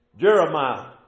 Jeremiah